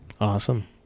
Awesome